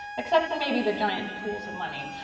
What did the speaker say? except for maybe the giant pools of money.